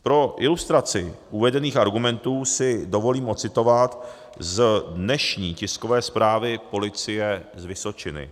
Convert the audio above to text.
Pro ilustraci uvedených argumentů si dovolím ocitovat z dnešní tiskové zprávy policie z Vysočiny.